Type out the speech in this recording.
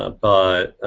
ah but